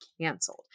canceled